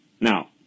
Now